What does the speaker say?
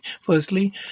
Firstly